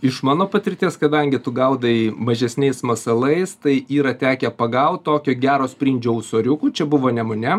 iš mano patirties kadangi tu gaudai mažesniais masalais tai yra tekę pagaut tokio gero sprindžio ūsoriukų čia buvo nemune